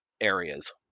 areas